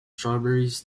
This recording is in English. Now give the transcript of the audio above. strawberries